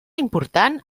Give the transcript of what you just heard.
important